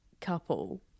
couple